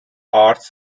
arts